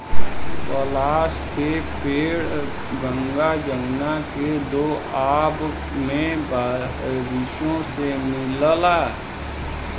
पलाश के पेड़ गंगा जमुना के दोआब में बारिशों से मिलला